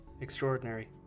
Extraordinary